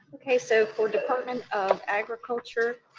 okay, so for department of agriculture,